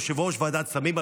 יושב-ראש ועדת סמים,